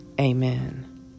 Amen